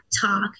talk